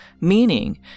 Meaning